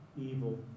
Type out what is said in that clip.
evil